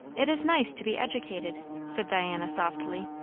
it is nice to be educated, said diana softly.